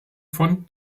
von